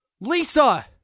Lisa